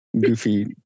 goofy